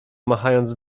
machając